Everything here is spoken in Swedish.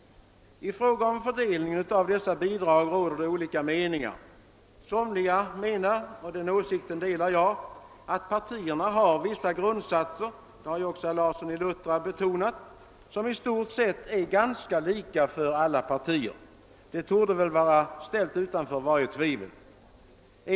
I fråga om fördelningen av dessa bidrag råder olika meningar. Somliga anser — och den åsikten delar jag — att partierna har vissa grundkostnader — det har också herr Larsson i Luttra betonat — som är ganska lika för dem alla; det torde vara ställt utom varje tvivel.